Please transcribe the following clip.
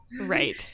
right